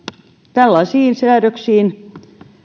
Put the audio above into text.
tällaisia säädöksiä